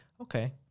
Okay